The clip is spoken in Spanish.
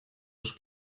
los